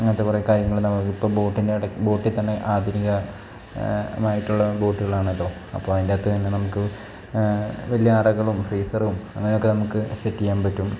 അങ്ങനത്തെ കുറേ കാര്യങ്ങൾ നമുക്ക് ഇപ്പം ബോട്ടിൻ്റെ ഇടയ്ക്ക് ബോട്ടിൽ തന്നെ ആധുനികമായിട്ടുള്ള ബോട്ടുകളാണല്ലോ അപ്പം അതിൻ്റകത്ത് തന്നെ നമുക്ക് വലിയ അറകളും ഫ്രീസറും അങ്ങനെയൊക്കെ നമുക്ക് സെറ്റ് ചെയ്യാൻ പറ്റും